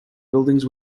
buildings